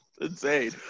insane